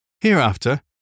Hereafter